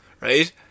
right